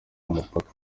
mupaka